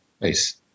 nice